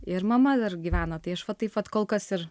ir mama dar gyvena tai aš va taip vat kol kas ir